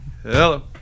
hello